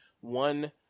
one